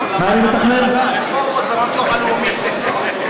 מתכנן רפורמות בביטוח הלאומי.